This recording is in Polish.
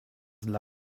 dla